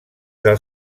del